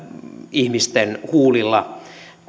ihmisten huulilla